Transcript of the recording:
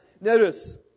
notice